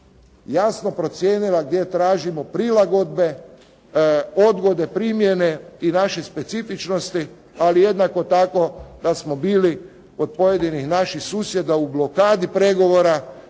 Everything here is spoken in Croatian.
jasno procijenila gdje tražimo prilagodbe, odgode primjene i naših specifičnosti. Ali jednako tako da smo bili od pojedinih naših susjeda u blokadi pregovora